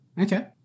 Okay